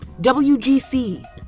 WGC